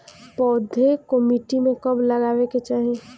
पौधे को मिट्टी में कब लगावे के चाही?